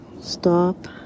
Stop